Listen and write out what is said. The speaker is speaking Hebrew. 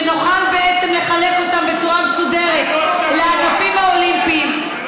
ונוכל לחלק אותם בצורה מסודרת לענפים האולימפיים,